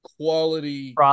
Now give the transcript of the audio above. quality